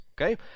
Okay